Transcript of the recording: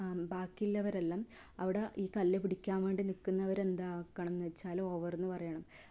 ബാക്കിയുള്ളവരെല്ലാം അവിടെ ഈ കല്ല് പിടിക്കാൻ വേണ്ടി നിൽക്കുന്നവരെന്താക്കമെന്ന് വെച്ചാൽ ഓവറെന്ന് പറയണം